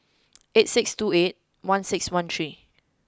eight six two eight one six one three